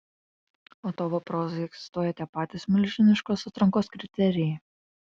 o tavo prozai egzistuoja tie patys milžiniškos atrankos kriterijai